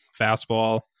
fastball